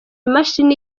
imashini